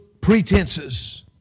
pretenses